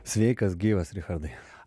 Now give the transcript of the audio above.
sveikas gyvas richardai